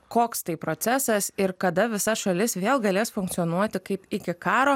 koks tai procesas ir kada visa šalis vėl galės funkcionuoti kaip iki karo